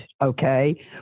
okay